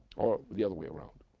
or the other way around,